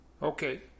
Okay